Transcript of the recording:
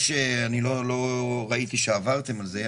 ואני לא ראיתי שעברתם על זה,